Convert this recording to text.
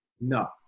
no